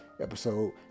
episode